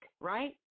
right